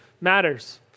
matters